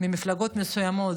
ממפלגות מסוימות,